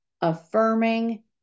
affirming